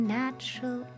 natural